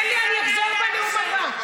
תן לי, אני אחזור בנאום הבא.